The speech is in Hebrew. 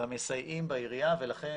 והמסייעים בעירייה, לכן